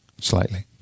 slightly